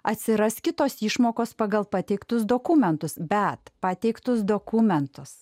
atsiras kitos išmokos pagal pateiktus dokumentus bet pateiktus dokumentus